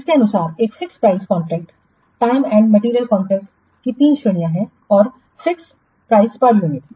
इसके अनुसार एक fix price contract time and material contract की तीन श्रेणियां हैं फिर फिक्स प्राइस पर यूनिट